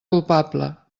culpable